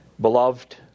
Beloved